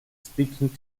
speaking